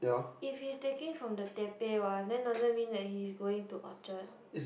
if he's taking from the Teppei one then doesn't mean that he is going to Orchard